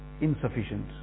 insufficient